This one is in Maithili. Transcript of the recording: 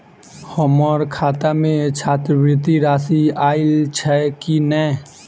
हम्मर खाता मे छात्रवृति राशि आइल छैय की नै?